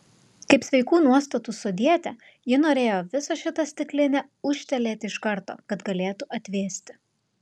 kaip sveikų nuostatų sodietė ji norėjo visą šitą stiklinę ūžtelėti iš karto kad galėtų atvėsti